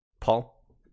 Paul